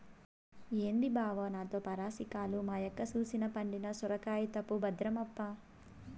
ఏంది బావో నాతో పరాసికాలు, మా యక్క సూసెనా పండిన సొరకాయైతవు భద్రమప్పా